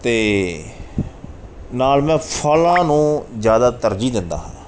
ਅਤੇ ਨਾਲ ਮੈਂ ਫਲਾਂ ਨੂੰ ਜ਼ਿਆਦਾ ਤਰਜੀਹ ਦਿੰਦਾ ਹਾਂ